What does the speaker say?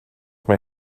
mae